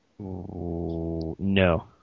No